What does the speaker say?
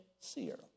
seer